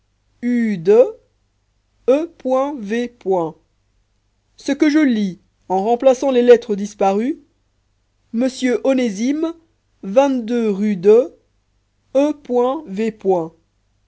e v ce que je lis en remplaçant les lettres disparues monsieur onésime rue de e